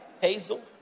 hazel